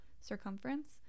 circumference